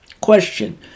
Question